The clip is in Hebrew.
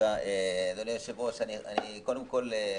תודה רבה, אדוני היושב-ראש, לצערי,